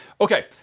Okay